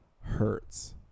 Hertz